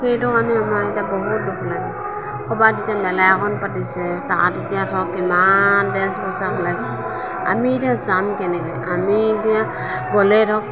সেইধৰণে আমাৰ এতিয়া বহুত দুখ লাগে ক'ৰবাত এতিয়া মেলা এখন পাতিছে তাত এতিয়া ধৰক কিমান ডেছ পোছাক ওলাইছে আমি এতিয়া যাম কেনেকৈ আমি এতিয়া গ'লে ধৰক